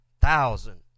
thousand